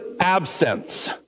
absence